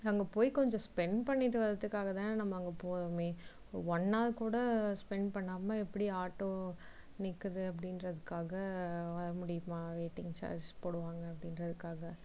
நாங்கள் போய் கொஞ்சம் ஸ்பென்ட் பண்ணிட்டு வரதுக்காக தானே நம்ம அங்கே போகிறோமே ஒன் ஹார் கூட ஸ்பென்ட் பண்ணாமல் எப்படி ஆட்டோ நிற்கிது அப்படின்றத்துக்காக வர முடியுமா வெயிட்டிங் சார்ஜ் போடுவாங்க அப்படின்றதுக்காக